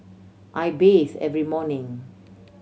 I bathe every morning